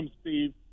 Steve